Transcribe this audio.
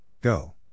Go